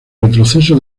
retroceso